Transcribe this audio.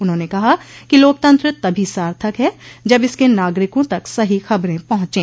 उन्होंने कहा कि लोकतंत्र तभी सार्थक है जब इसके नागरिकों तक सही खबरें पहुंचें